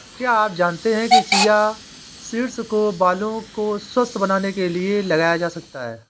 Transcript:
क्या आप जानते है चिया सीड्स को बालों को स्वस्थ्य बनाने के लिए लगाया जा सकता है?